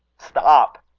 stop,